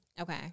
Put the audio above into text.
okay